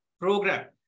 program